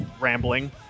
rambling